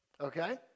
Okay